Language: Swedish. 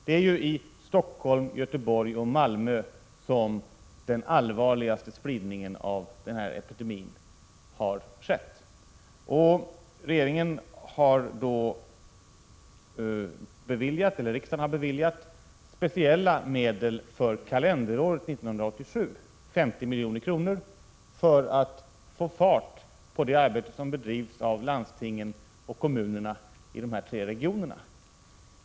Det är ju i Stockholm, Göteborg och Malmö som den allvarligaste spridningen av den här epidemin har skett. Riksdagen har beviljat speciella medel för kalenderåret 1987 — 50 milj.kr. — för att få fart på det arbete som bedrivs av landstingen och kommunerna i dessa tre regioner.